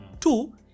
Two